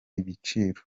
ibiciro